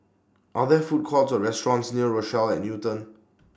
Are There Food Courts Or restaurants near Rochelle At Newton